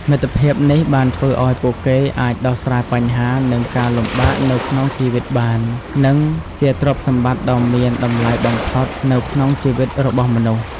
មិត្តភាពនេះបានធ្វើឲ្យពួកគេអាចដោះស្រាយបញ្ហា និងការលំបាកនៅក្នុងជីវិតបាន និង វជាទ្រព្យសម្បត្តិដ៏មានតម្លៃបំផុតនៅក្នុងជីវិតរបស់មនុស្ស។